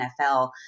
NFL